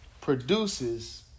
produces